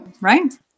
Right